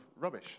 rubbish